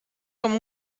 com